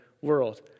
world